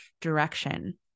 direction